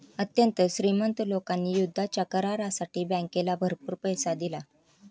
अत्यंत श्रीमंत लोकांनी युद्धाच्या करारासाठी बँकेला भरपूर पैसा दिला